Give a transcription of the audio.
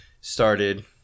started